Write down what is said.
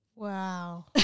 Wow